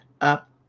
up